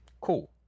cool